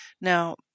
Now